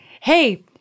hey